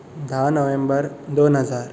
धा नोव्हेंबर दोन हजार